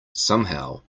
somehow